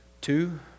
two